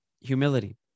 humility